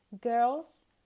girls